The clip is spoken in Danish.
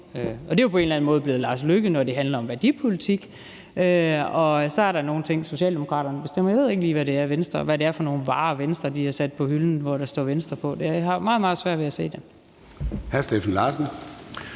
Det er jo på en eller anden måde blevet Lars Løkke Rasmussen, når det handler om værdipolitik, og så er der nogle ting, Socialdemokraterne bestemmer. Jeg ved ikke lige, hvad det er for nogle varer, Venstre har sat på hylden, og som der står Venstre på. Jeg har meget, meget svært ved at se det.